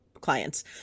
clients